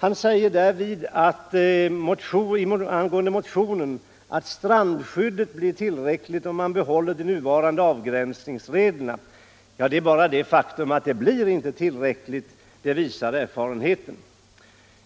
Han säger att strandskyddet blir tillräckligt om man behåller de nuvarande avgränsningsreglerna. Det är dock ett faktum att erfarenheten visar att de nuvarande reglerna inte räcker.